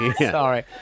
Sorry